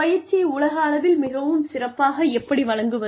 பயிற்சியை உலகளவில் மிகவும் சிறப்பாக எப்படி வழங்குவது